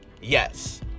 yes